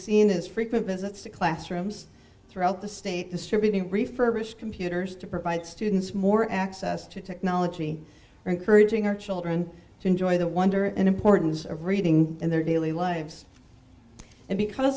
seen as frequent visits to classrooms throughout the state distributing refurbished computers to provide students more access to technology for encouraging our children to enjoy the wonder and importance of reading in their daily lives and because